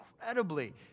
Incredibly